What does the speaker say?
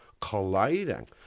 colliding